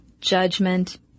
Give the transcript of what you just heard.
judgment